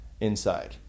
inside